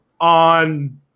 on –